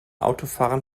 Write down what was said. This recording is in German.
autofahrern